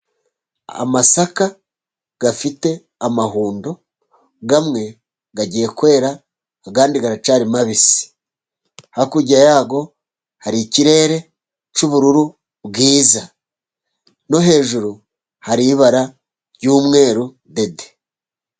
Amasaka afite amahundo, amwe agiye kwera ayandi aracyari mabisi, hakurya yayo hari ikirere cy'ubururu bwiza, no hejuru hari ibara ry'umweru dede.